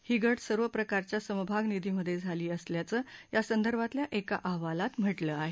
ही घट सर्व प्रकारच्या समभाग निधींमध्ये झाली असल्याचं या संदर्भातल्या एका अहवालात म्हटलं आहे